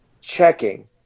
checking